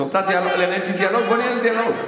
את רוצה לנהל איתי דיאלוג, בואי ננהל דיאלוג.